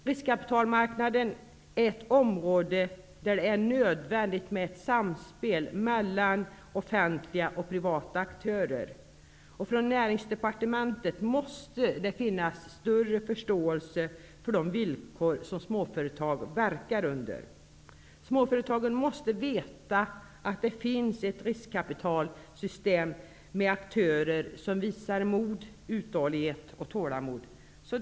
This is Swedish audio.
Riskkapitalmarknaden är ett område där det är nödvändigt med ett samspel mellan offentliga och privata aktörer. Från Näringsdepartermentet måste det finnas en större förståelse för de villkor som småföretag verkar under. Småföretagen måste veta att det finns ett riskkapitalsystem med aktörer som visar mod, uthållighet och tålamod.